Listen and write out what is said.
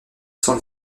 sans